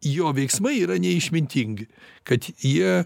jo veiksmai yra neišmintingi kad jie